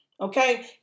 okay